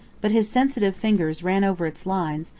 but his sensitive fingers ran over its lines,